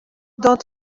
dans